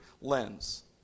lens